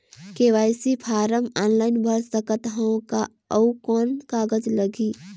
KYC form online भर सकत हवं का? अउ कौन कागज लगही?